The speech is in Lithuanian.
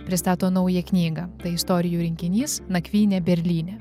pristato naują knygą tai istorijų rinkinys nakvynė berlyne